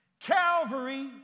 Calvary